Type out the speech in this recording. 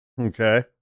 Okay